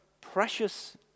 precious